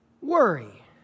worry